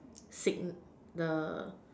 sick the